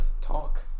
talk